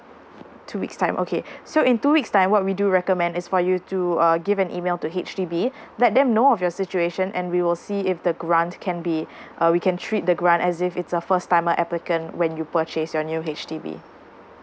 two weeks time okay so in two weeks time what we do recommend is for you to uh give an email to H_D_B let them know of your situation and we will see if the grant can be we can treat the grant as if it's a first timer applicant when you purchase your new H_D_B